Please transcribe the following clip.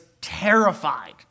terrified